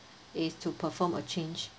is to perform a change